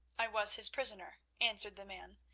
i was his prisoner, answered the man,